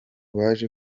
baje